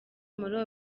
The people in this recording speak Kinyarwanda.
muri